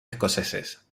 escoceses